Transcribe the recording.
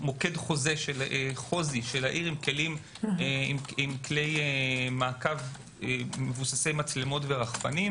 מוקד חוזה של העיר עם כלי מעקב מבוססי מצלמות ורחפנים,